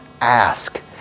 ask